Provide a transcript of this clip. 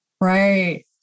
Right